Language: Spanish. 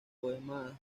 poema